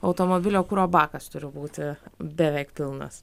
automobilio kuro bakas turi būti beveik pilnas